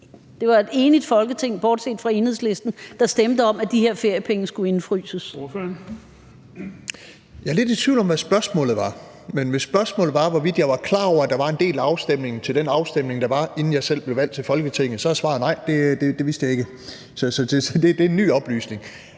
Den fg. formand (Erling Bonnesen): Ordføreren. Kl. 13:11 Alex Vanopslagh (LA): Jeg er lidt i tvivl om, hvad spørgsmålet var, men hvis spørgsmålet var, hvorvidt jeg var klar over, at der var en delt afstemning til den afstemning, der var, inden jeg selv blev valgt til Folketinget, så er svaret nej, det vidste jeg ikke. Så det er en ny oplysning.